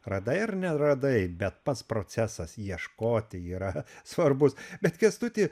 radai ar neradai bet pats procesas ieškoti yra svarbus bet kęstuti